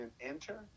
enter